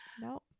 Nope